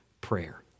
prayer